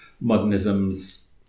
modernism's